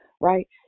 right